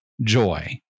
joy